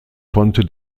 konnte